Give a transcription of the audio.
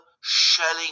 shelling